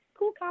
cool